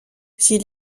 s’il